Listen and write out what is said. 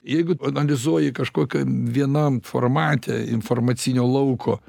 jeigu analizuoji kažkokią vienam formate informacinio lauko